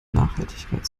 nachhaltigkeit